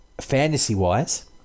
fantasy-wise